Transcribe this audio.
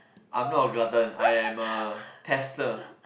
I'm not a glutton I am a tester